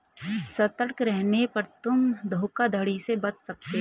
सतर्क रहने पर तुम धोखाधड़ी से बच सकते हो